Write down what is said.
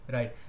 Right